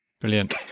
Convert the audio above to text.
Brilliant